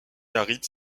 aride